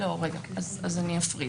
אני אפריד.